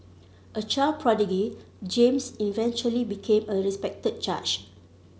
a child prodigy James eventually became a respected judge